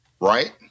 Right